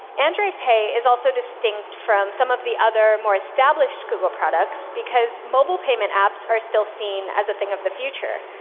android pay is also distinct from some of the other more established google products, because mobile payment apps are still seen as a thing of the future,